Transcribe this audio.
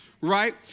right